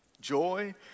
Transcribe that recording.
joy